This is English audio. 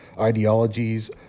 ideologies